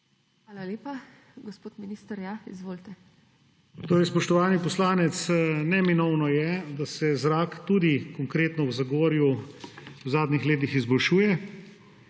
Hvala lepa. Gospod minister, izvolite. MAG. ANDREJ VIZJAK: Spoštovani poslanec, neminovno je, da se zrak, tudi konkretno v Zagorju, v zadnjih letih izboljšuje